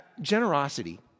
generosity